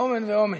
אמן ואמן.